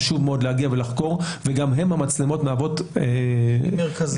חשוב מאוד להגיע ולחקור וגם בהן המצלמות מהוות -- כלי מרכזי.